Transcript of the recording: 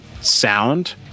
sound